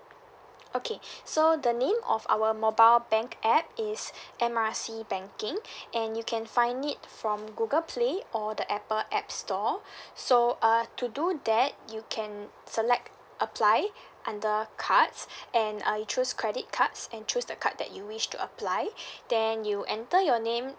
okay so the name of our mobile bank app is M R C banking and you can find it from google play or the apple app store so uh to do that you can select apply under cards and uh you choose credit cards and choose the card that you wish to apply then you enter your name